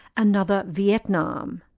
another vietnam.